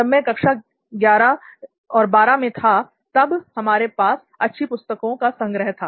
जब मैं कक्षा 11 12 मैं था तब हमारे पास अच्छी पुस्तकों का संग्रह था